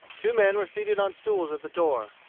two men were seated on stools at the door,